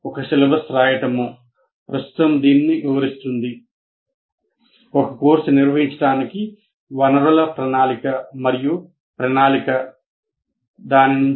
ఒక సిలబస్ రాయడం ఒక కోర్సు నిర్వహించడానికి వనరుల ప్రణాళిక మరియు ప్రణాళికదాని కోసం